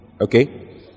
okay